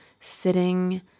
sitting